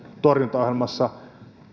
torjuntaohjelmassa